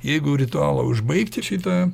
jeigu ritualą užbaigti šitą